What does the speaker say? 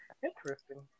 Interesting